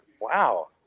wow